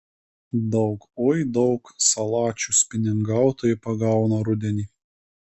daug oi daug salačių spiningautojai pagauna rudenį